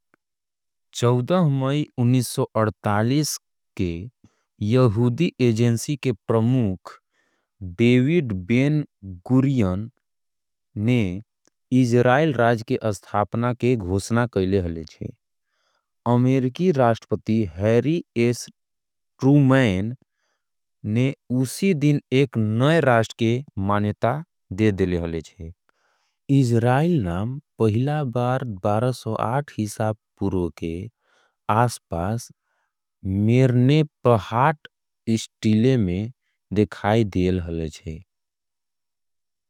चौदह मई उन्नीश सौ अड़तालिस के। यहूदी एजेंसी के प्रमुख डेविड वेन कुरियन। ने इजरायल राज्य के घोषणा कैले हले छे। अमेरिकी राष्ट्रपति हैरी एस ट्रूमैन। उसी दिन एक नए राष्ट्र के मान्यता दे। हाले छे इजरायल हाले छे।